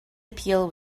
appeal